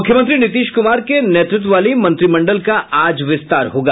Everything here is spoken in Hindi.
मुख्यमंत्री नीतीश कुमार के नेतृत्व वाली मंत्रिमंडल का आज विस्तार होगा